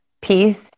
peace